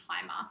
timer